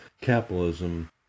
capitalism